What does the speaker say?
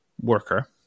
worker